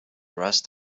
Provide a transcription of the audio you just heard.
rest